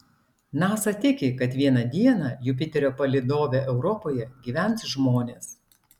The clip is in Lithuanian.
nasa tiki kad vieną dieną jupiterio palydove europoje gyvens žmonės